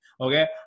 Okay